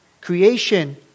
creation